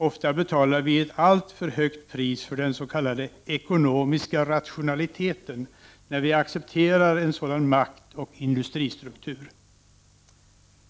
Ofta betalar vi ett alltför högt pris för den s.k. ekonomiska rationaliteten när vi accepterar en sådan maktoch industristruktur.